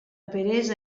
peresa